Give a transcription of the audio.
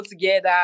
together